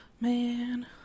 man